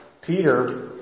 Peter